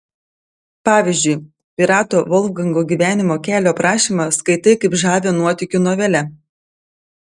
pavyzdžiui pirato volfgango gyvenimo kelio aprašymą skaitai kaip žavią nuotykių novelę